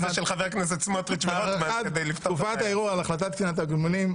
הארכת תקופת הערעור על החלטת קצין התגמולים),